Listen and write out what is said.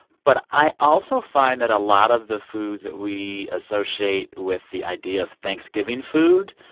but i also find that a lot of the foods that we associate with the idea of thanksgiving food